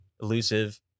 elusive